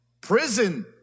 prison